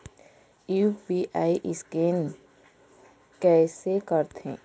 UPI scan कइसे करथे?